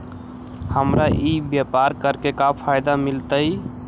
हमरा ई व्यापार करके का फायदा मिलतइ?